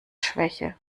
schwäche